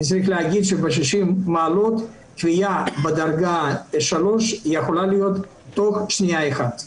אני צריך להגיד שב-60 מעלות כווייה בדרגה 3 יכולה להיות תוך שנייה אחת.